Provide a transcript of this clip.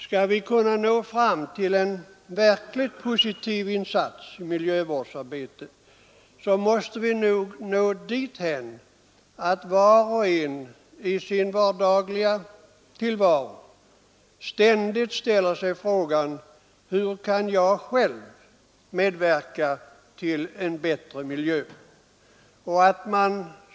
Skall vi kunna åstadkomma en verkligt positiv insats i miljövårdsarbetet, måste vi nå dithän att var och en i sin vardagliga tillvaro ständigt ställer sig frågan: Hur kan jag själv medverka till en bättre miljö?